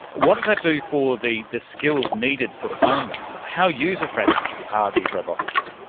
what does that do for the the skills needed for farming? how user-friendly are these robotics?